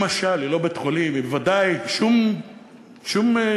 היא משל, היא לא בית-חולים, בוודאי שום מונומנט